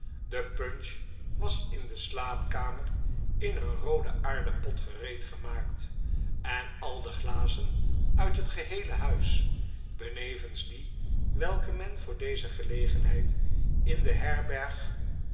de punch was in de slaapkamer in een rooden aarden pot gereedgemaakt eh al de glazen uit het geheele huis benevens die welke men voor deze gelegenheid in de herberg